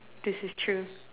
this is true